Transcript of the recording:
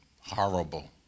horrible